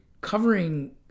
covering